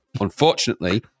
Unfortunately